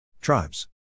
tribes